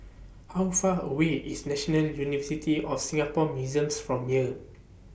How Far away IS National University of Singapore Museums from here